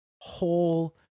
whole